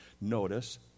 Notice